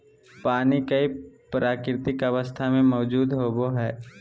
पानी कई प्राकृतिक अवस्था में मौजूद होबो हइ